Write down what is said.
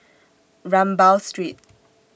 Rambau Street